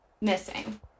missing